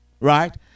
right